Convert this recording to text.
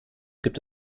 gibt